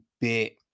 bit